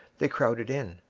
they crowded in.